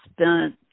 spent